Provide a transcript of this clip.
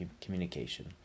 communication